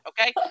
Okay